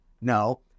No